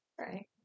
right